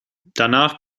danach